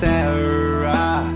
Sarah